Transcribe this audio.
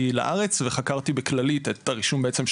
לארץ וחקרתי בכללית את הרישום של בעצם,